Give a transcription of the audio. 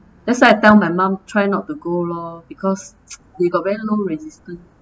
that's why I tell my mum try not to go lor because we've got very low resistance